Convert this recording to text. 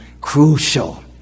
crucial